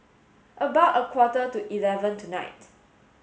about a quarter to eleven tonight